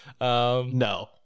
no